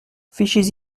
fichez